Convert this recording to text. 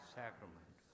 sacrament